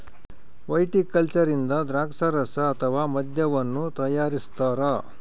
viticulture ಇಂದ ದ್ರಾಕ್ಷಾರಸ ಅಥವಾ ಮದ್ಯವನ್ನು ತಯಾರಿಸ್ತಾರ